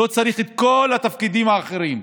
לא צריך את כל התפקידים האחרים.